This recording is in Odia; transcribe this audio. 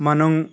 ମାନ